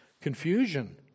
Confusion